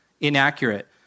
inaccurate